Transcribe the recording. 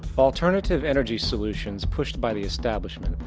alternative energy solutions pushed by the establishment,